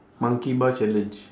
monkey bar challenge